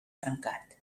trencat